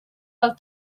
del